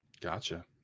Gotcha